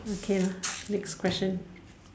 okay lah next question